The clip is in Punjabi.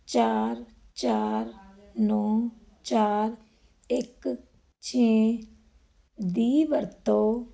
ਚਾਰ ਚਾਰ ਨੌਂ ਚਾਰ ਇੱਕ ਛੇ ਦੀ ਵਰਤੋਂ